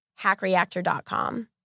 HackReactor.com